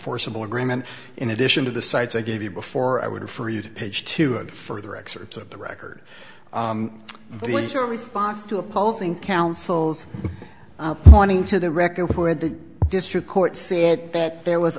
forcible agreement in addition to the cites i gave you before i would refer you to page two of further excerpts of the record with your response to opposing counsel's pointing to the record where the district court said that there was